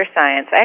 science